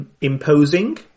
Imposing